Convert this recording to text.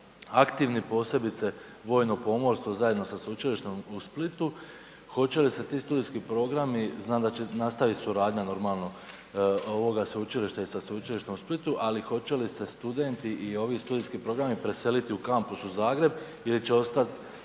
aktivni posebice vojno pomorstvo zajedno sa Sveučilištem u Splitu, hoće li se ti studijski programi, znam da će nastaviti suradnja normalno, ovoga sveučilišta sa Sveučilištem u Splitu, ali hoće li se studenti i ovi studijski programi preseliti u kampus u Zagreb ili će ostat